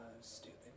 Stupid